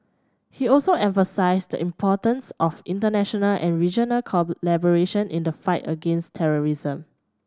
he also emphasised the importance of international and regional collaboration in the fight against terrorism